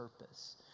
purpose